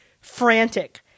frantic